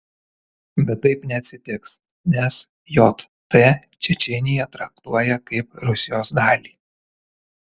bet taip neatsitiks nes jt čečėniją traktuoja kaip rusijos dalį